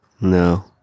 No